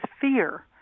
fear